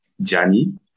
journey